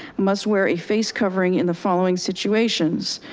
must wear a face covering in the following situations.